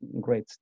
great